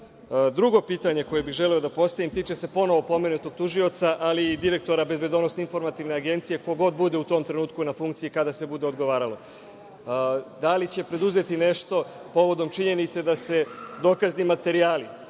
Drugo pitanje koje bih želeo da postavim tiče se ponovo pomenutog tužioca, ali i direktora BIA, ko god bude u tom trenutku na funkciji kada se bude odgovaralo – da li će preduzeti nešto povodom činjenice da se dokazni materijali